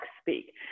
speak